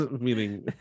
meaning